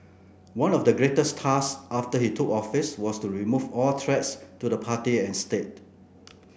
one of the greatest task after he took office was to remove all threats to the party and state